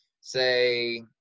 say